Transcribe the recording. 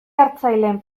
hartzaileen